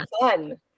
fun